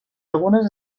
algunes